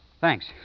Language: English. Thanks